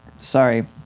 Sorry